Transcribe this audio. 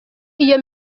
iyo